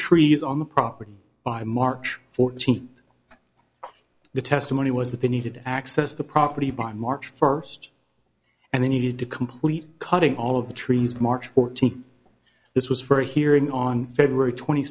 trees on the property by march fourteenth the testimony was that they needed to access the property by march first and then needed to complete cutting all of the trees march fourteenth this was for a hearing on february twenty